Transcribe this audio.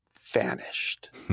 vanished